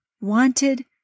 wanted